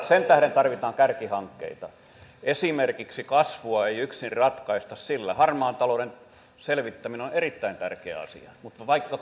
sen tähden tarvitaan kärkihankkeita esimerkiksi kasvua ei yksin ratkaista sillä harmaan talouden selvittäminen on on erittäin tärkeä asia mutta vaikka